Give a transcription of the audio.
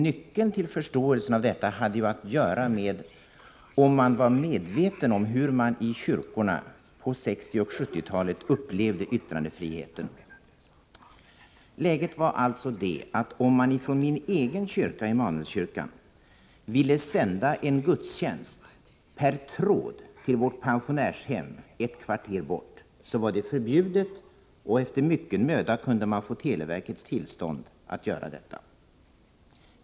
Nyckeln till förståelse för detta hade att göra med om man var medveten om hur kyrkorna på 60 och 70-talet upplevde yttrandefriheten. Läget var alltså det, att om man från min egen kyrka, Immanuelskyrkan, ville sända en gudstjänst per tråd till vårt pensionärshem ett kvarter bort, var det förbjudet. Efter mycken möda kunde man få televerkets tillstånd att göra det.